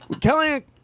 Kelly